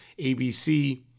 ABC